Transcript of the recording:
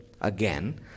again